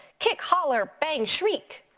kick, holler, bang, shriek.